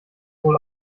wohl